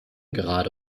gerade